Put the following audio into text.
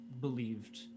believed